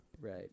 Right